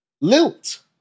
Lilt